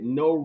no